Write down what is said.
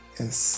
yes